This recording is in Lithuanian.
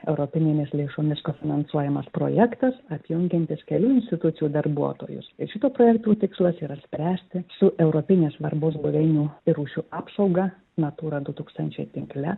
europinėmis lėšomis finansuojamas projektas apjungiantis kelių institucijų darbuotojus ir šito projekto tikslas yra spręsti su europinės svarbos buveinių rūšių apsauga natūra du tūkstančiai tinkle